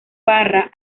parra